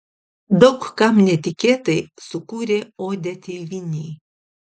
daug kam netikėtai sukūrė odę tėvynei